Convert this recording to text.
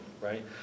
right